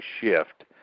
shift